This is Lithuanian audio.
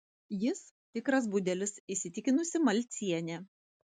jis tikras budelis įsitikinusi malcienė